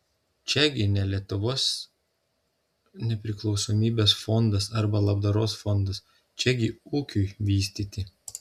čiagi ne lietuvos nepriklausomybės fondas arba labdaros fondas čiagi ūkiui vystyti